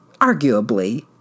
arguably